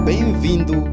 Bem-vindo